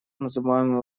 называемую